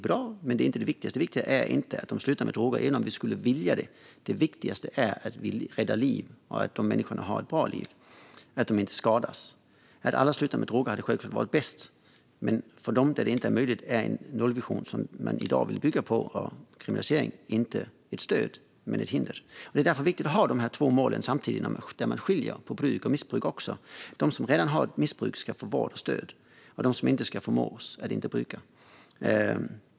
Det viktigaste är inte att de slutar med droger även om de skulle vilja det, utan det viktigaste är att vi räddar liv och att de människorna har ett bra liv och inte skadas. Att alla slutar med droger är självklart bäst, men för dem som det inte är möjligt för är nollvision och kriminalisering inte ett stöd utan ett hinder. Det är därför bra att ha de två målen samtidigt där man skiljer på bruk och missbruk. De som redan har ett missbruk ska få vård och stöd, och övriga ska förmås att inte bruka.